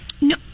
No